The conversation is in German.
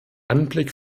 anblick